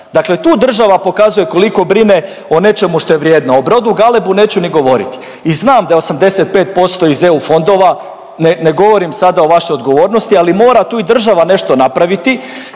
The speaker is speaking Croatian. Dakle, tu država pokazuje koliko brine o nečemu što je vrijedno. O brodu Galebu neću ni govoriti. I znam da 85% iz EU fondova, ne govorim sada o vašoj odgovornosti, ali mora tu i država nešto napraviti,